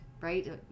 right